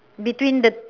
between the